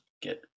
get